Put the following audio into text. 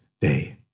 day